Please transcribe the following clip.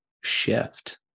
shift